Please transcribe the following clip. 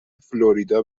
فلوریدا